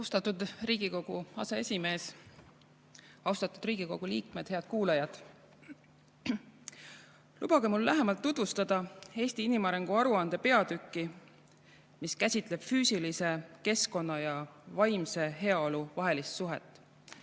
Austatud Riigikogu aseesimees! Austatud Riigikogu liikmed! Head kuulajad! Lubage mul lähemalt tutvustada Eesti inimarengu aruande peatükki, mis käsitleb füüsilise keskkonna ja vaimse heaolu vahelist suhet.